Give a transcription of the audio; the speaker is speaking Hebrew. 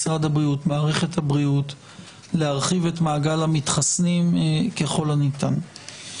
משרד הבריאות ומערכת הבריאות להרחיב את מעגל המתחסנים ככל הניתן.